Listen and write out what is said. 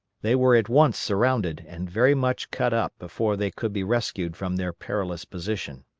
they were at once surrounded and very much cut up before they could be rescued from their perilous position.